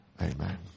Amen